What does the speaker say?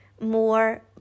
more